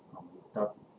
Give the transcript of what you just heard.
uh